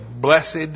blessed